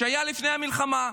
שהיה לפני המלחמה.